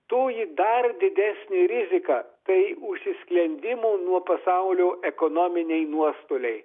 toji dar didesnė rizika tai užsisklendimo nuo pasaulio ekonominiai nuostoliai